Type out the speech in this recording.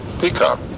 Peacock